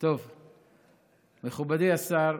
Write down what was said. מכובדי השר,